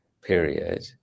period